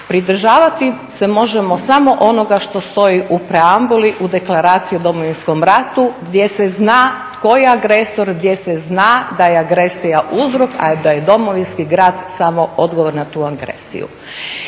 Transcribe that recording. Pridržavati se možemo samo onoga što stoji u preambuli, u Deklaraciji o Domovinskom ratu, gdje se zna tko je agresor, gdje se zna da je agresija uzrok, a da je Domovinski rat samo odgovor na tu agresiju.